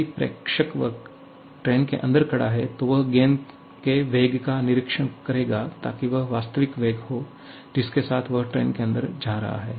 यदि पर्यवेक्षक ट्रेन के अंदर खड़ा है तो वह गेंद के वेग का निरीक्षण करेगा ताकि वह वास्तविक वेग हो जिसके साथ वह ट्रेन के अंदर जा रहा है